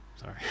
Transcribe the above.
Sorry